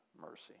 mercy